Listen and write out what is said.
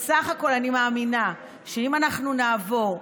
בסך הכול אני מאמינה שאם אנחנו נעבור,